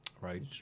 Right